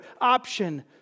option